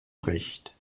recht